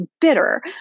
bitter